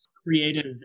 creative